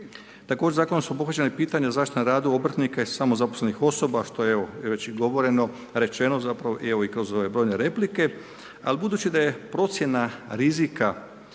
Također zakonom su obuhvaćena i pitanja zaštite na radu obrtnika i samozaposlenih osoba što je evo već i govoreno, rečeno zapravo i kroz ove brojne replike. Ali budući da je procjena rizika